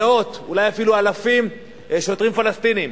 מאות ואולי אפילו אלפים של שוטרים פלסטינים,